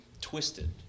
twisted